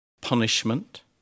punishment